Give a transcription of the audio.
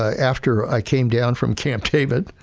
after i came down from camp david,